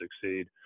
succeed